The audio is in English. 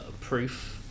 proof